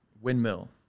Windmill